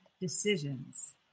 decisions